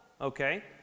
okay